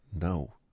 no